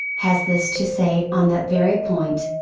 has this to say on that very point.